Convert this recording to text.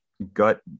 gut